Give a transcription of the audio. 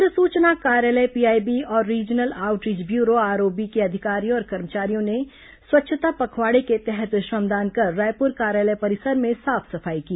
पत्र सूचना कार्यालय पीआईबी और रीजनल आउटरीच ब्यूरो आरओबी के अधिकारियों और कर्मचारियों ने स्वच्छता पखवाड़े के तहत श्रमदान कर रायपुर कार्यालय परिसर में साफ सफाई की